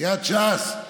סיעת ש"ס,